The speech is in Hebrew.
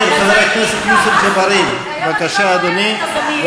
חבר הכנסת יוסף ג'בארין, בבקשה, אדוני.